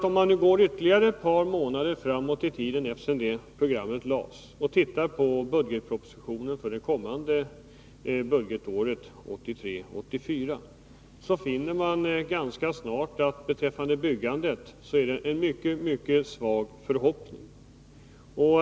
Om man nu går ytterligare ett par månader framåt i tiden sedan programmet lades fram och tittar på budgetpropositionen för det kommande budgetåret 1983/84, finner man ganska snart att beträffande byggandet är det en mycket mycket svag förhoppning.